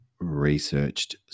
researched